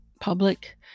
public